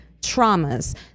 traumas